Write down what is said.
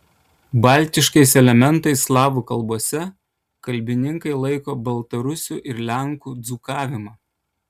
baltiškais elementais slavų kalbose kalbininkai laiko baltarusių ir lenkų dzūkavimą